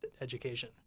education